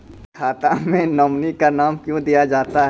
खाता मे नोमिनी का नाम क्यो दिया जाता हैं?